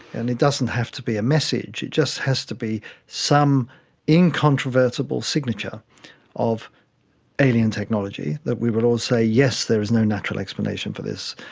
and it doesn't have to be a message, it just has to be some incontrovertible signature of alien technology, that we will all say yes there is no natural explanation for this,